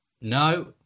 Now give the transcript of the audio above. No